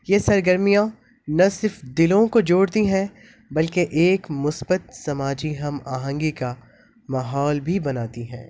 یہ سرگرمیاں نہ صرف دلوں کو جوڑتی ہیں بلکہ ایک مثبت سماجی ہم آہنگی کا ماحول بھی بناتی ہیں